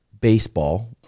baseball